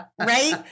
Right